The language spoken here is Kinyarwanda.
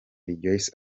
rejoice